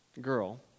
girl